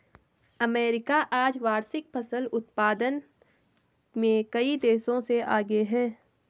America आज वार्षिक फसल उत्पादन में कई देशों से आगे है